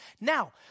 Now